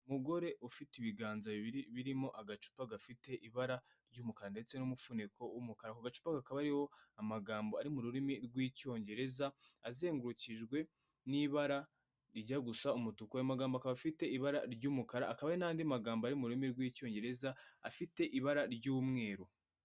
Umugore ufite ibiganza bibiri birimo agacupa gafite ibara ry'umukara ndetse n'umufuniko w’umukara ako gacupa kakaba kabariho amagambo ari mu rurimi rw'icyongereza azengurukijwe n'ibara rijya gusa umutuku ayo magambo akaba afite ibara ry'umukara akaba n'andi magambo ari mu rurimi rw'icyongereza afite ibara ry'umweru.